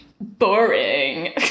boring